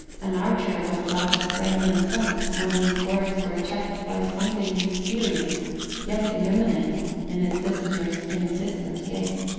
and archer was about to frame an assent when his words were checked by something mysterious yet illuminating in his visitor's insistent gaze.